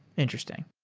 interesting.